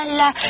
la